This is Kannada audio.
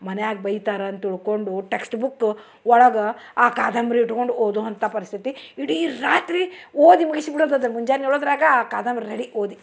ಮನ್ಯಾಗೆ ಬೈತಾರೆ ಅಂತ ತಿಳ್ಕೊಂಡು ಟೆಕ್ಸ್ಟ್ಬುಕ್ಕು ಒಳಗೆ ಆ ಕಾದಂಬರಿ ಇಟ್ಕೊಂಡು ಓದೋ ಅಂಥ ಪರಿಸ್ಥಿತಿ ಇಡೀ ರಾತ್ರಿ ಓದಿ ಮುಗಿಸ್ಬಿಡೋದ್ ಅದನ್ನು ಮುಂಜಾನೆ ಏಳೋದ್ರಾಗ ಆ ಕಾದಂಬ್ರಿ ರೆಡಿ ಓದಿ